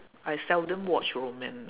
I seldom watch romance